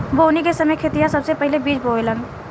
बोवनी के समय खेतिहर सबसे पहिले बिज बोवेलेन